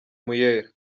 mueller